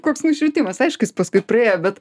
koks nušvitimas aišku jis paskui praėjo bet